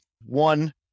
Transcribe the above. One